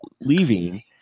leaving